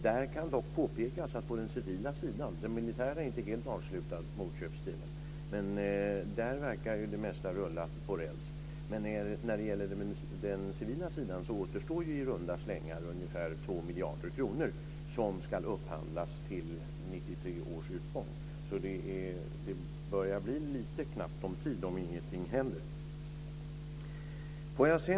Dock kan påpekas att på den civila sidan - den militära är inte helt avslutad i motköpsdelen, men där verkar det mesta gå på räls - återstår i runda slängar 2 miljarder kronor som ska upphandlas till 2003 års utgång. Det börjar alltså bli lite knappt om tid om ingenting händer.